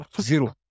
Zero